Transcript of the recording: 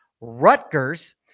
Rutgers